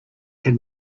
can